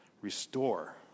Restore